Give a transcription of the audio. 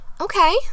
Okay